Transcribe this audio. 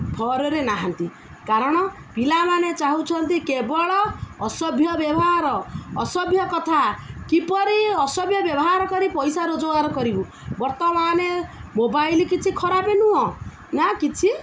ଘରରେ ନାହାନ୍ତି କାରଣ ପିଲାମାନେ ଚାହୁଁଛନ୍ତି କେବଳ ଅସଭ୍ୟ ବ୍ୟବହାର ଅସଭ୍ୟ କଥା କିପରି ଅସଭ୍ୟ ବ୍ୟବହାର କରି ପଇସା ରୋଜଗାର କରିବୁ ବର୍ତ୍ତମାନ ମୋବାଇଲ୍ କିଛି ଖରାପ ନୁହଁ ନା କିଛି